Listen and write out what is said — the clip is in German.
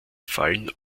fallen